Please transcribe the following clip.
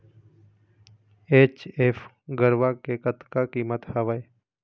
HF गरवा के कतका कीमत हवए?